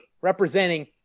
representing